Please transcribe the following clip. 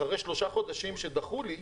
אחרי שלושה חודשים שדחו לי,